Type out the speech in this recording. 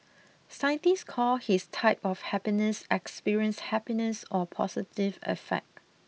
scientists call his type of happiness experienced happiness or positive affect